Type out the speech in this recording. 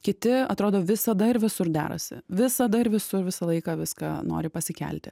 kiti atrodo visada ir visur derasi visada ir visur visą laiką viską nori pasikelti